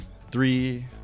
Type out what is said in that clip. three